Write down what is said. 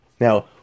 Now